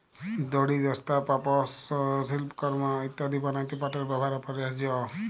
দড়ি, বস্তা, পাপস, সিল্পকরমঅ ইত্যাদি বনাত্যে পাটের ব্যেবহার অপরিহারয অ